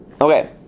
Okay